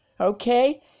Okay